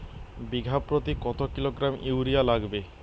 বিঘাপ্রতি কত kilogram urea লাগবে?